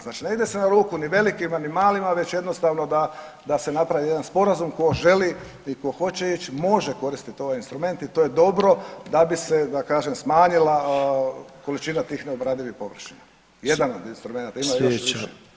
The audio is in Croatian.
Znači ne ide se na ruku ni velikima ni malima, već jednostavno da se napravi jedan sporazum ko želi i ko hoće ić može koristiti ovaj instrument i to je dobro da bi se da kažem smanjila količina tih neobradivih površina, jedan instrumenat, a ima ih još više.